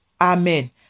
amen